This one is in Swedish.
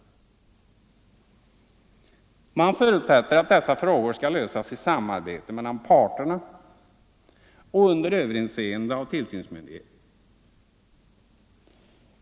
Man förutsätter att dessa frågor skall lösas i samarbete mellan parterna och under överinseende av tillsynsmyndighet.